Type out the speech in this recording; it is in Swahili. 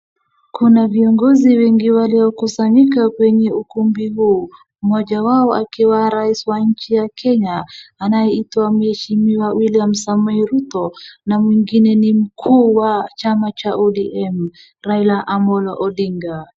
Kuna viongozi wengi waliokusanyika kwenye ukumbi huu, mmoja wao akiwa rais wa Kenya anayeitwa mweshimiwa William Samoei Ruto na mwingine ni mkuu wa chama cha ODM Raila Amollo Odinga.